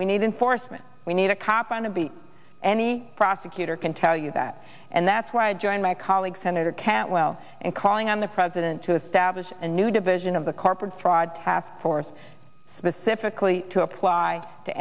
we need enforcement we need a cop on the beat any prosecutor can tell you that and that's why i joined my colleague senator cantwell in calling on the president to establish a new division of the corporate fraud task force specifically to apply to